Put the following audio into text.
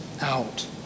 out